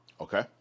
Okay